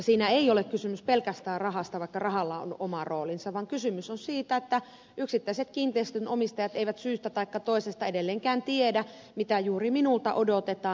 siinä ei ole kysymys pelkästään rahasta vaikka rahalla on oma roolinsa vaan kysymys on siitä että yksittäiset kiinteistönomistajat eivät syystä taikka toisesta edelleenkään tiedä mitä juuri minulta odotetaan